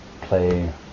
play